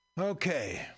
Okay